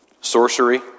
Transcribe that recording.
Sorcery